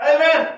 Amen